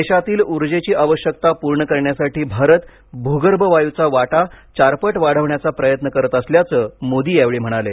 देशातील ऊर्जेची आवश्यकता पूर्ण करण्यासाठी भारत भूगर्भ वायुचा वाटा चारपट वाढवण्याचा प्रयत्न करत असल्याचं मोदी यावेळी म्हणाले